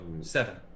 seven